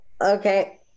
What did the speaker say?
Okay